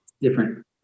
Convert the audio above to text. different